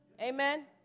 Amen